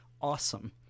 awesome